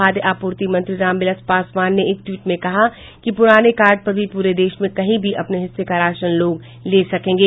खाद्य आपूर्ति मंत्री रामविलास पासवान ने एक ट्वीट में कहा है कि पुराने कार्ड पर भी पूरे देश में कहीं भी अपने हिस्से का राशन लोग ले सकेंगे